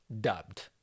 dubbed